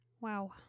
Wow